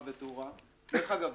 דרך אגב,